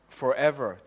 forever